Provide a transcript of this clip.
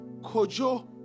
Kojo